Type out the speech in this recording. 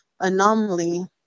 anomaly